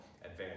advance